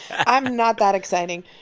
i'm not that exciting.